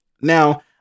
Now